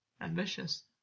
Ambitious